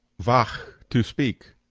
vacc, to speak.